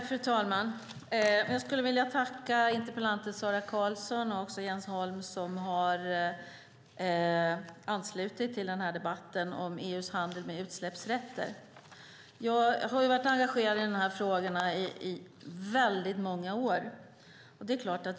Fru talman! Jag vill tacka interpellanten Sara Karlsson och också Jens Holm, som har anslutit till debatten om EU:s handel med utsläppsrätter. Jag har varit engagerad i dessa frågor i väldigt många år.